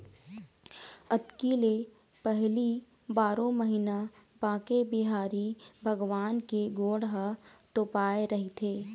अक्ती ले पहिली बारो महिना बांके बिहारी भगवान के गोड़ ह तोपाए रहिथे